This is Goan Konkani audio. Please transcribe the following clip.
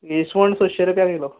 इसवण सश्शे रुपया किलो